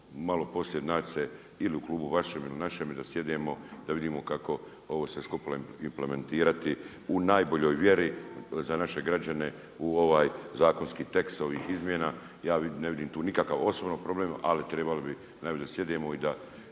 malo poslije naći se ili u klubu vašem ili u našem, da sjednemo, da vidimo kako ovo sve skupa implementirati u najboljoj vjeri za naše građane u ovaj zakonski tekst ovih izmjena. Ja ne vidim tu nikakav osobit problem ali trebali bi najbolje da sjednemo i da